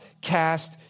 cast